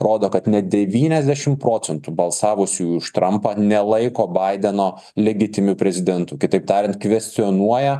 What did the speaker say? rodo kad net devyniasdešimt procentų balsavusiųjų už trampą nelaiko baideno legitimiu prezidentu kitaip tariant kvestionuoja